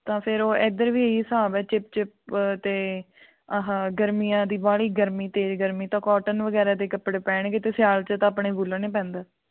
ਤਾਂ ਫਿਰ ਉਹ ਇੱਧਰ ਵੀ ਹਿਸਾਬ ਆ ਚਿਪਚਿਪ ਅਤੇ ਆਹਾ ਗਰਮੀਆਂ ਦੀ ਬਾਹਲੀ ਗਰਮੀ ਤੇਜ਼ ਗਰਮੀ ਤਾਂ ਕੋਟਨ ਵਗੈਰਾ ਦੇ ਕੱਪੜੇ ਪੈਣਗੇ ਅਤੇ ਸਿਆਲ 'ਚ ਤਾਂ ਆਪਣੇ ਵੁਲਨ ਹੀ ਪੈਂਦਾ